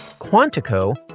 Quantico